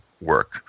work